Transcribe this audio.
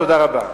תודה רבה.